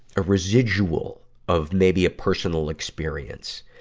a residual of maybe a personal experience.